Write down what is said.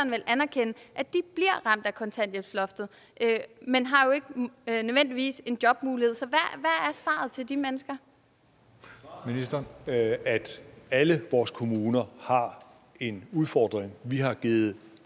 vel anerkende, at de bliver ramt af kontanthjælpsloftet, men jo ikke nødvendigvis har en jobmulighed. Så hvad er svaret til de mennesker? Kl. 15:11 Tredje næstformand (Christian